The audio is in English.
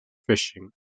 fishing